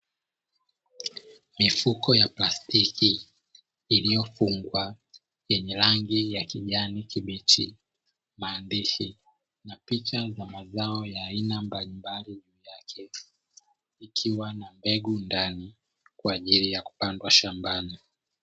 Mifuko ya plastiki iliyofungwa yenye rangi ya kijani kibichi, maandishi na picha za mazao ya aina mbalimbali juu yake, ikiwa na mbegu ndani kwaajili ya kupandwa shambani.